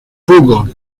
peaugres